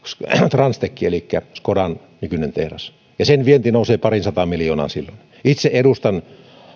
transtech elikkä skodan nykyinen tehdas ja sen vienti nousee pariin sataan miljoonaan silloin itse edustan